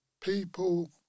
people